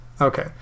Okay